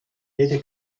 jede